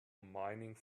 mining